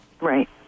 Right